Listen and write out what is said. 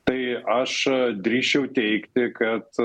tai aš drįsčiau teigti kad